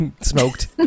smoked